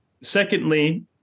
Secondly